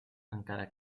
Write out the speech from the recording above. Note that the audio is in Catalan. encara